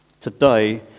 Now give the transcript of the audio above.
Today